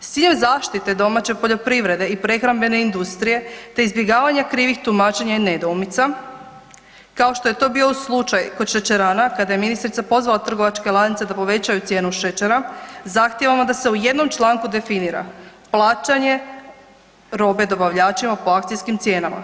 S ciljem zaštite domaće poljoprivrede i prehrambene industrije te izbjegavanja krivih tumačenja i nedoumica, kao što je to bio slučaj kod šećerana, kada je ministrica pozvala trgovačke lance da povećaju cijenu šećera, zahtijevamo da se u jednom članku definira plaćanje robe dobavljačima po akcijskim cijenama.